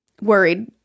worried